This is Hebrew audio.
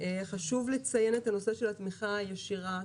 חשוב לציין את הנושא של התמיכה הישירה,